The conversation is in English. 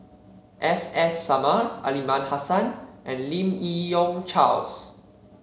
S S Sarma Aliman Hassan and Lim Yi Yong Charles